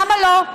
למה לא?